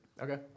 Okay